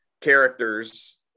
characters